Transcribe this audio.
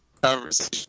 conversation